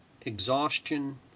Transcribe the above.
exhaustion